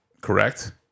correct